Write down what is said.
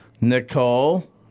Nicole